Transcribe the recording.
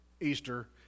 Easter